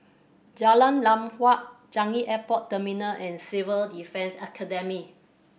Jalan Lam Huat Changi Airport Terminal and Civil Defence Academy